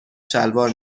شلوار